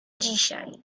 dzisiaj